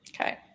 Okay